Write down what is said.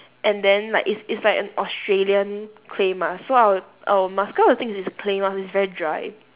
and then like it's it's like an australian clay mask so I will I will mask cause the thing is clay mask it's very dry